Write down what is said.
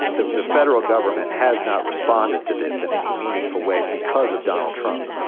the the federal government has not responded to this in any meaningful way because of donald trump.